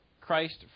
Christ